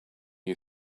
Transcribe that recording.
you